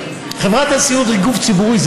חברת הסיעוד היא גוף ציבורי,